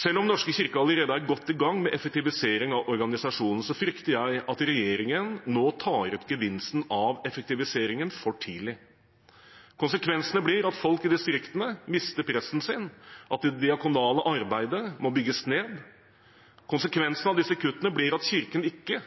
Selv om Den norske kirke allerede er godt i gang med effektivisering av organisasjonen, frykter jeg at regjeringen nå tar ut gevinsten av effektiviseringen for tidlig. Konsekvensene blir at folk i distriktene mister presten sin, og at det diakonale arbeidet må bygges ned. Konsekvensene av disse kuttene blir at Kirken ikke